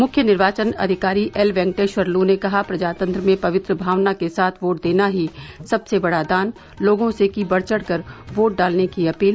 मुख्य निर्वाचन अधिकारी एल वेंकटेश्वर लू ने कहा प्रजातंत्र में पवित्र भावना के साथ वोट देना ही सबसे बड़ा दान लोगों से की बढ़ चढ़कर वोट डालने की अपील